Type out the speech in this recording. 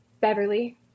Beverly